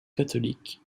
catholiques